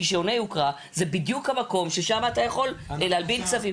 כי שעוני יוקרה זה בדיוק המקום ששם אתה יכול להלבין כספים.